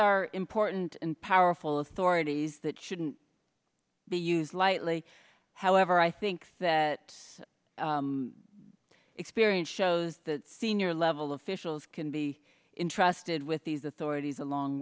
are important and powerful authorities that shouldn't the use lightly however i think that experience shows that senior level officials can be intrusted with these authorities along